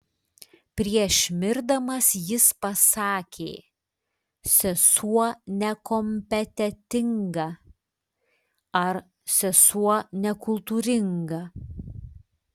prieš mirdamas jis pasakė sesuo nekompetentinga ar sesuo nekultūringa